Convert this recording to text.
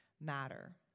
matter